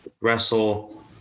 wrestle